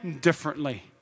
differently